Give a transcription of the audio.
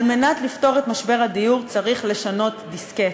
על מנת לפתור את משבר הדיור צריך לשנות דיסקט,